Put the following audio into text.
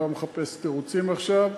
אני לא מחפש תירוצים עכשיו.